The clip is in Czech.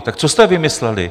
Tak co jste vymysleli?